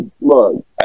look